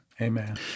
amen